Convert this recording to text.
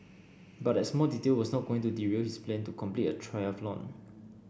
but that small detail was not going to derail his plan to complete a triathlon